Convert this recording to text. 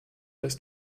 das